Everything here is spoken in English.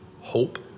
Hope